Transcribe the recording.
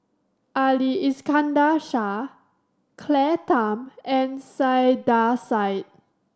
Ali Iskandar Shah Claire Tham and Saiedah Said